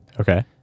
Okay